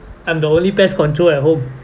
I'm the only pest control at home